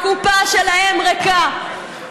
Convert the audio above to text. הקופה שלהם ריקה.